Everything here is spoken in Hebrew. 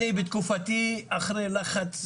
אני בתקופתי אחרי לחץ,